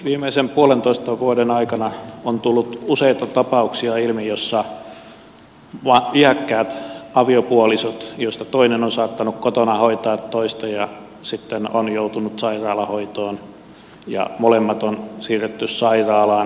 viimeisen puolentoista vuoden aikana on tullut ilmi useita tapauksia joissa iäkkäistä aviopuolisoista toinen on saattanut kotona hoitaa toista ja sitten on joutunut sairaalahoitoon ja molemmat on siirretty sairaalaan mahdollisesti